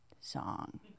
song